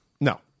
No